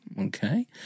Okay